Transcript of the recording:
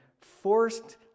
forced